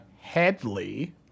Headley